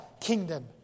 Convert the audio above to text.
kingdom